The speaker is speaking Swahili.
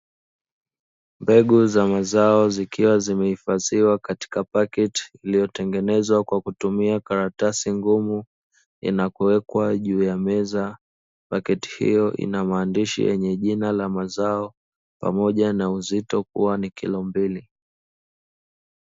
Mbegu za mazao zikiwa zimehifadhiwa katika paketi iliyotengenezwa kwa kutumi karatasi ngumu na kuwekwa juu ya meza, paketi hiyo ina maandishi yenye jina la mazao pamoja na uzito kuwa ni kilo mbili.